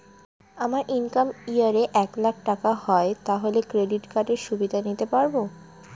আমার income year এ এক লাক টাকা হয় তাহলে ক্রেডিট কার্ড এর সুবিধা নিতে পারবো?